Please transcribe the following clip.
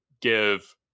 give